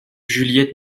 juliette